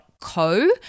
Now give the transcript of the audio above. co